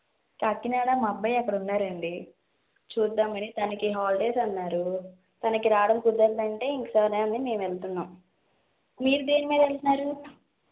కాకినాడ మా అబ్బాయి అక్కడున్నారండి చూద్దాం అని తనకి హాలిడేస్ అన్నారు తనకి రావడం కుదరదంటే ఇంక సరే అని మేం వెళ్తున్నాం మీరు దేని మీద వెళ్తున్నారు